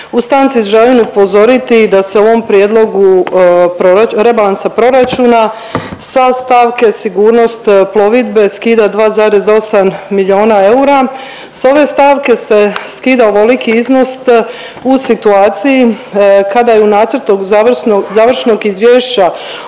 u stanci želim upozoriti da se u ovom prijedlogu rebalansa proračuna sa stavke sigurnost plovidbe skida 2,8 milijuna eura. S ove stavke se skida ovoliki iznos u situaciji kada je u nacrtu završnog izvješća